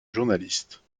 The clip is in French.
journaliste